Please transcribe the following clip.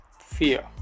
fear